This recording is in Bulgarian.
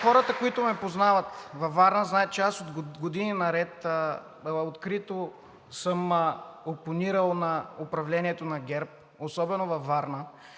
Хората, които ме познават във Варна, знаят, че аз години наред открито съм опонирал на управлението на ГЕРБ, особено във Варна